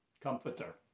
Comforter